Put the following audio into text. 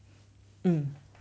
mm